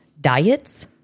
diets